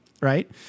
right